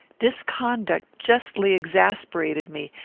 this conduct justly exasperated me,